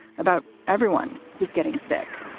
about everyone who's getting sick